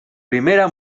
primera